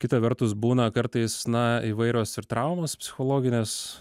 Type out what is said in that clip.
kita vertus būna kartais na įvairios ir traumos psichologinės